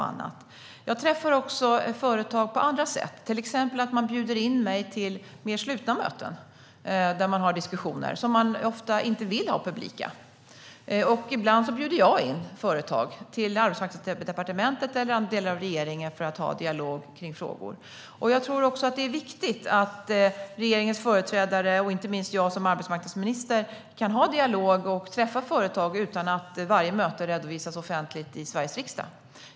Man jag träffar också företag på andra sätt, till exempel när jag blir inbjuden till mer slutna möten. Där har man diskussioner som man ofta inte vill ha publika. Ibland bjuder jag själv in företag till Arbetsmarknadsdepartementet eller andra delar av regeringen för dialog kring frågor. Jag tror att det är viktigt att regeringens företrädare och jag som arbetsmarknadsminister kan ha dialog och träffa företag utan att varje möte redovisas offentligt i Sveriges riksdag.